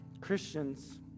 Christians